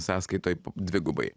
sąskaitoj dvigubai